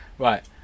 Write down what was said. Right